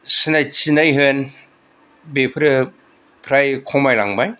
सिनायथिनाय होन बेफोरो फ्राय खमायलांबाय